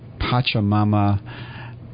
Pachamama